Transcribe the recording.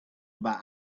about